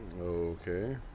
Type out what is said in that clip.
Okay